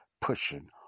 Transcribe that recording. pushing